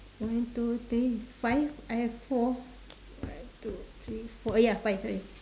one two three five I have four one two three four oh ya five sorry